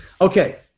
Okay